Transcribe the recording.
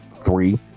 three